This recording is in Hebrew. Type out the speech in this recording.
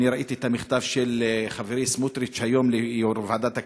אני ראיתי את המכתב של חברי סמוטריץ היום ליו"ר ועדת הכנסת.